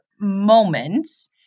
moments